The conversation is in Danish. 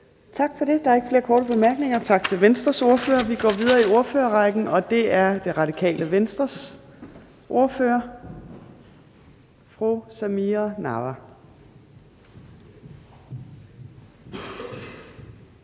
Tak for det. Der er ikke flere korte bemærkninger. Tak til Venstres ordfører. Vi går videre i ordførerrækken, og det er Det Radikale Venstres ordfører, fru Samira Nawa.